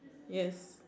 yes